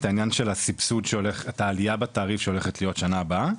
את העלייה בתעריף שהולכת להיות שנה הבאה.